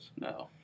No